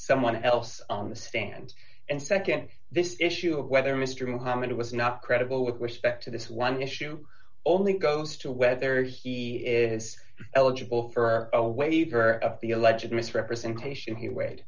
someone else on the stand and nd this issue of whether mr muhammad was not credible with respect to this one issue only goes to whether he is eligible for a waiver of the alleged misrepresentation he weighed